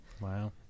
wow